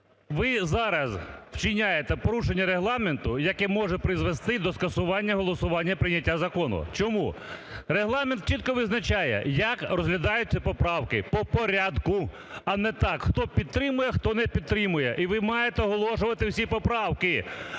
ви зараз вчиняєте порушення Регламенту, яке може призвести до скасування голосування і прийняття закону. Чому? Регламент чітко визначає, як розглядаються поправки: по порядку, а не так, хто підтримує, хто не підтримує. І ви маєте оголошувати всі поправки,